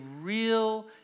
real